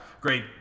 Great